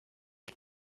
des